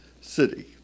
city